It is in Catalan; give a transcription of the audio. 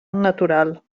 natural